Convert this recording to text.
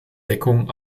deckung